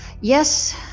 Yes